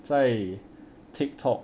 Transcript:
在 TikTok